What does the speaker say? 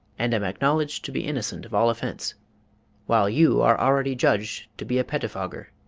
and am acknowledged to be innocent of all offence while you are already judged to be a pettifogger,